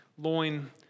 Loin